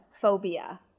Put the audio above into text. phobia